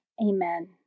Amen